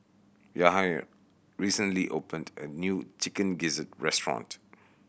Yahir recently opened a new Chicken Gizzard restaurant